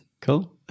Cool